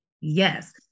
Yes